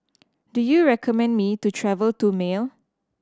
do you recommend me to travel to Male